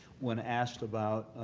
when asked about